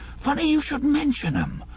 funny you should mention em.